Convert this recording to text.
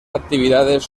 actividades